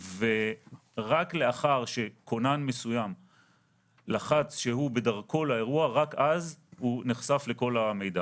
רק לאחר שכונן מסוים לחץ שהוא בדרכו לאירוע - רק אז הוא נחשף לכל המידע.